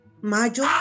mayo